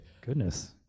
Goodness